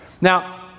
Now